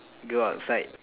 go outside